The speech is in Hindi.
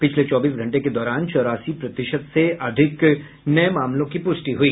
पिछले चौबीस घंटे के दौरान चौरासी प्रतिशत से अधिक नये मामलों की पुष्टि हुई